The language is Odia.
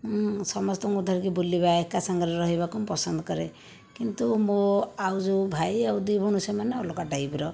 ମୁଁ ସମସ୍ତଙ୍କୁ ଧରିକି ବୁଲିବା ଏକା ସାଙ୍ଗରେ ରହିବାକୁ ମୁଁ ପସନ୍ଦ କରେ କିନ୍ତୁ ମୋ ଆଉ ଯେଉଁ ଭାଇ ଆଉ ଦି ଭଉଣୀ ସେମାନେ ଅଲଗା ଟାଇପର